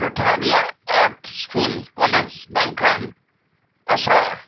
ᱴᱚᱴᱷᱟ ᱨᱮᱭᱟᱜ arts school college ᱵᱟᱝᱠᱷᱟᱱ ᱟᱥᱲᱟ